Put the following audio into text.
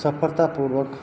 સફળતાપૂર્વક